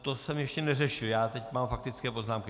To jsem ještě neřešil, já teď mám faktické poznámky.